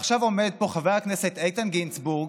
ועכשיו עומד פה חבר הכנסת איתן גינזבורג